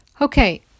Okay